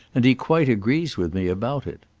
and he quite agrees with me about it.